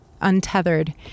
untethered